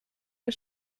wir